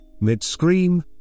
Mid-scream